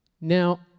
Now